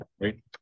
right